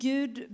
Gud